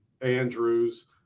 andrews